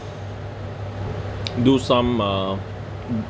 do some uh